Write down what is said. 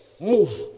Move